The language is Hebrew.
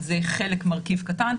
זה מרכיב קטן,